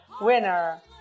winner